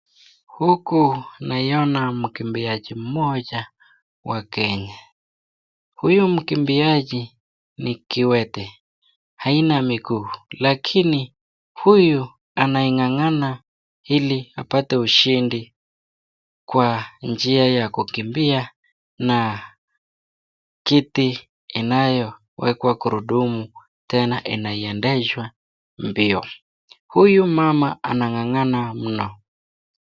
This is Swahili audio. Huko nayaona mkimbiaji mmoja wa Kenya. Huyu mkimbiaji ni kiwete. Haina miguu lakini huyu anang'ang'ana ili apate ushindi kwa njia ya kukimbia na kiti inayo wekwa gurudumu tena inaendeshwa mbio. Huyu mama anang'ang'ana mno.